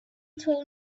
told